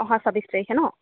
অহা ছাব্বিছ তাৰিখে ন